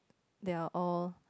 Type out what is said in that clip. they are all